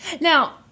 now